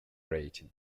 rating